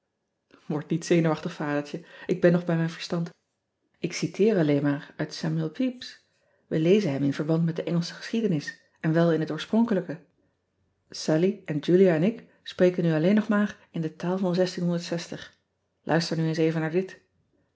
ord niet zenuwachtig adertje ik ben nog bij mijn verstand ik citeer alleen maar uit am l epys ij lezen hem in verband met de ngelsche geschiedenis en wel in het oorspronkelijke allie en ulia en ik spreken nu alleen nog maar in de taal van uister nu eens even naar dit